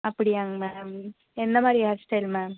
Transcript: அப்படியாங்க மேம் என்னமாதிரி hair style ma'am